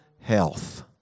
health